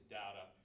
data